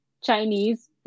Chinese